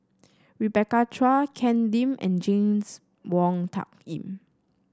Rebecca Chua Ken Lim and James Wong Tuck Yim